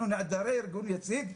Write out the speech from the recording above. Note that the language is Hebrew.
אנחנו נעדרי ארגון יציג,